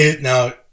Now